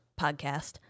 podcast